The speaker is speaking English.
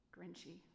Grinchy